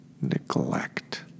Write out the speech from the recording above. neglect